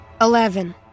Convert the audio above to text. Eleven